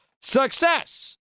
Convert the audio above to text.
Success